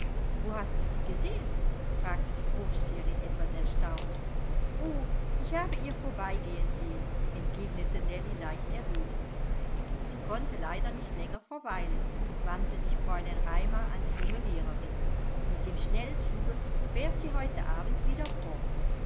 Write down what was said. wo hast du sie gesehen fragte die vorsteherin etwas erstaunt o ich habe ihr vorbeigehen sehen entgegnete nellie leicht errötend sie konnte leider nicht länger verweilen wandte sich fräulein raimar an die junge lehrerin mit dem schnellzuge fährt sie heute abend wieder fort